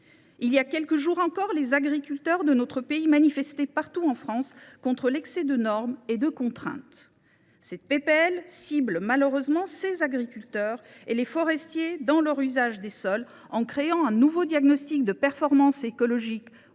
Voilà quelques jours encore, les agriculteurs de notre pays manifestaient partout en France contre l’excès de normes et de contraintes. Cette proposition de loi cible malheureusement ces agriculteurs et les forestiers dans leur usage des sols. Elle crée un nouveau diagnostic de performance écologique